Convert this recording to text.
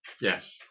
Yes